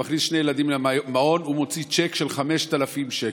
הוא מכניס שני ילדים למעון והוא מוציא צ'ק של 5,000 שקל.